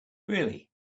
really